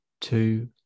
two